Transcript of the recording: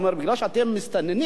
מפני שאתם מסתננים,